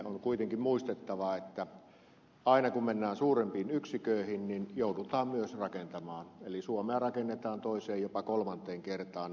on kuitenkin muistettava että aina kun mennään suurempiin yksiköihin niin joudutaan myös rakentamaan eli suomea rakennetaan toiseen jopa kolmanteen kertaan